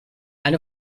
and